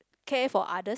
care for others